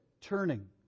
turning